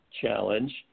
challenge